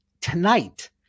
tonight